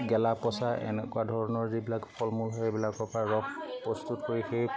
গেলা পচা এনেকুৱা ধৰণৰ যিবিলাক ফলমূল সেইবিলাকৰপৰা ৰস প্ৰস্তুত কৰি সেই